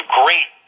great